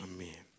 Amen